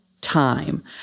time